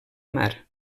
mar